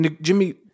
Jimmy